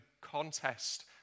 contest